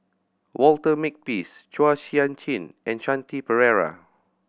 Walter Makepeace Chua Sian Chin and Shanti Pereira